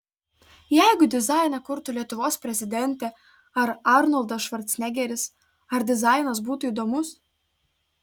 jeigu dizainą kurtų lietuvos prezidentė arba arnoldas švarcnegeris ar dizainas būtų įdomus